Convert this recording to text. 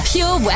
Pure